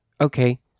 okay